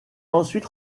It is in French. ensuite